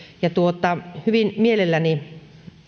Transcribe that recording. hyvin mielelläni